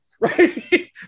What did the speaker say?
Right